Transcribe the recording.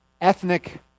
ethnic